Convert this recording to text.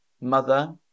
mother